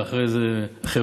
ואחרי זה המערך,